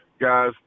guys